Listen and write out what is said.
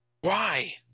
Why